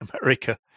America